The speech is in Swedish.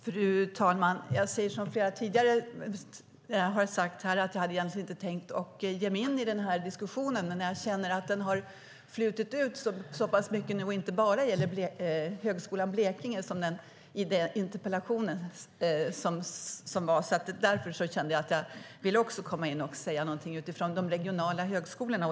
Fru talman! Jag säger som flera tidigare har sagt, att jag hade egentligen inte tänkt ge mig in i den här diskussionen. Men efter att den har flutit ut så pass mycket och inte bara gäller högskolan i Blekinge, som interpellationerna handlar om, känner jag att jag vill komma in och säga någonting utifrån de regionala högskolorna.